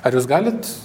ar jūs galit